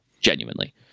genuinely